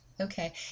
okay